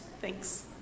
Thanks